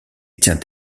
tient